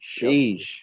Sheesh